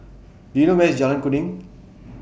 Do YOU know Where IS Jalan Kuning